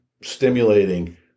stimulating